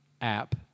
app